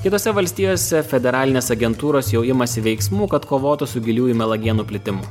kitose valstijose federalinės agentūros jau imasi veiksmų kad kovotų su giliųjų melagienų plitimu